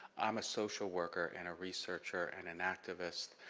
i'm a social worker and a researcher and an activist,